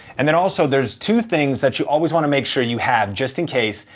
and then also there's two things that you always wanna make sure you have, just in case,